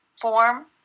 form